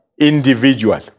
individual